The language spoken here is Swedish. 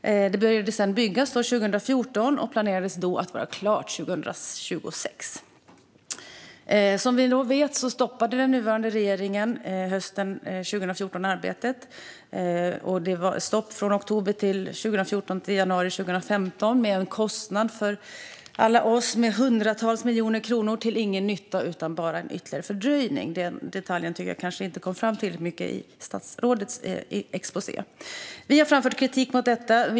Den började byggas 2014 och planerades vara klar 2026. Som vi vet stoppade den nuvarande regeringen arbetet hösten 2014. Det var stopp från oktober 2014 till januari 2015 med en kostnad på hundratals miljoner kronor för oss alla, till ingen nytta. Det var bara ytterligare en fördröjning. Den detaljen tycker jag kanske inte kom fram tillräckligt mycket i statsrådets exposé. Vi har framfört kritik mot detta.